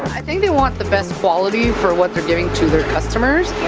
i think they want the best quality for what they're giving to their customers,